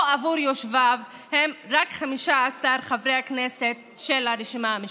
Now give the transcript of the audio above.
עבור יושביו הם רק 15 חברי הכנסת של הרשימה המשותפת.